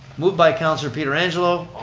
moved by councilor pietrangelo.